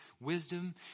wisdom